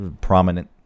prominent